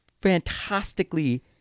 Fantastically